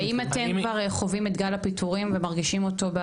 והאם אתם כבר חווים את גל הפיטורים ומרגישים אותו?